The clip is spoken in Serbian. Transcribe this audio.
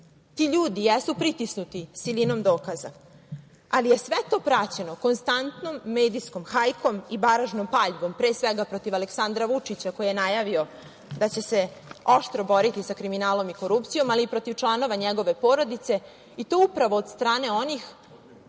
Ti ljudi jesu pritisnuti silinom dokaza, ali je sve to praćeno konstantnom medijskom hajkom i baražnom paljbom, pre svega protiv Aleksandra Vučića koji je najavio da će se oštro boriti sa kriminalom i korupcijom, ali i protiv članova njegove porodice, i to upravo od strane onih